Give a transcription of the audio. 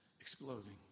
exploding